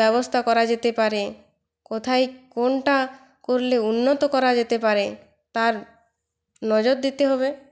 ব্যবস্থা করা যেতে পারে কোথায় কোনটা করলে উন্নত করা যেতে পারে তার নজর দিতে হবে